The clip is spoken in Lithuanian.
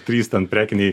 trys prekiniai